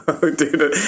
dude